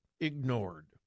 ignored